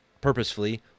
purposefully